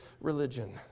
religion